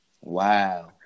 wow